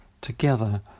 together